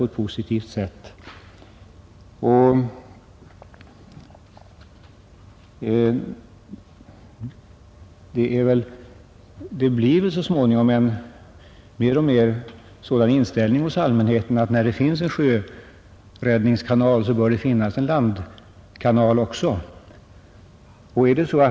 Det växer mer och mer hos allmänheten fram den inställningen att när det nu finns en sjöräddningskanal på radion, så bör det också finnas en landräddningskanal.